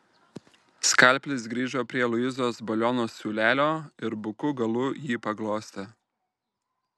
skalpelis grįžo prie luizos baliono siūlelio ir buku galu jį paglostė